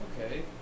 Okay